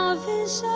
lovers,